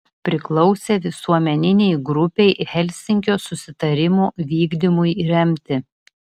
priklausė visuomeninei grupei helsinkio susitarimų vykdymui remti